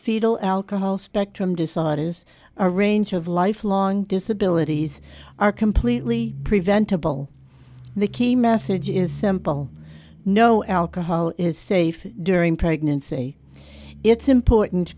fetal alcohol spectrum disorders are a range of lifelong disabilities are completely preventable the key message is simple no alcohol is safe during pregnancy it's important